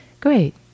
great